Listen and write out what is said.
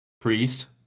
priest